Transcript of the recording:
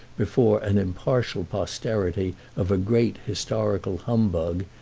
before an impartial posterity, of a great historical humbug,